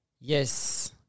Yes